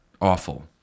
awful